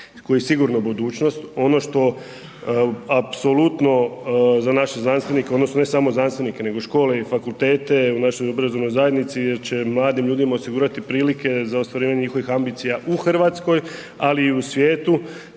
koji je sigurna budućnost. Ono što apsolutno za naše znanstvenike odnosno ne samo znanstvenike, nego i škole i fakultete, u našoj obrazovnoj zajednici jer će mladim ljudima osigurati prilike za ostvarivanje njihovih ambicija u RH, ali i u svijetu,